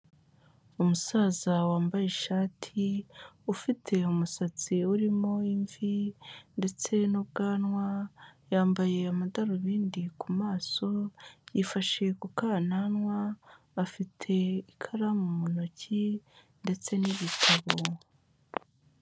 Umusaza wambaye ishati, ufite umusatsi urimo imvi ndetse n'ubwanwa, yambaye amadarubindi ku maso, yifashe ku kananwa, afite ikaramu mu ntoki ndetse n'ibitabo.